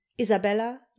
Isabella